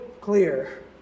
clear